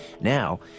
Now